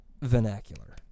Vernacular